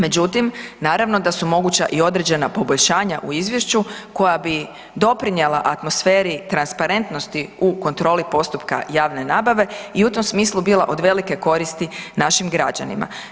Međutim, naravno da su moguća i određena poboljšanja u izvješću koja bi doprinijela atmosferi transparentnosti u kontroli postupka javne nabave i u tom smislu bila od velike koristi našim građanima.